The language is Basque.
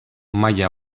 maila